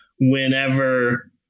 whenever